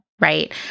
right